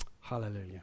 Hallelujah